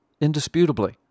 indisputably